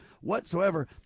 whatsoever